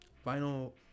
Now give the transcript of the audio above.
Final